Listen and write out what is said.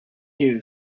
you